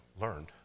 learned